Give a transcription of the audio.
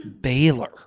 Baylor